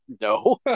no